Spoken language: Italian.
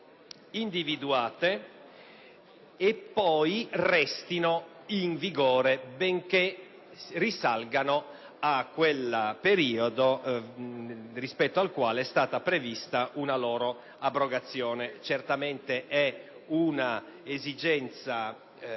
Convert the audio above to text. individuate e poi restino in vigore, benché risalgano al periodo rispetto al quale è stata prevista la loro abrogazione. È certamente un'esigenza